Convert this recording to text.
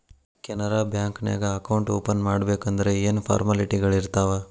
Canara bank ನ್ಯಾಗ account open ಮಾಡ್ಬೇಕಂದರ ಯೇನ್ ಫಾರ್ಮಾಲಿಟಿಗಳಿರ್ತಾವ?